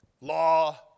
law